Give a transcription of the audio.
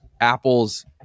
Apple's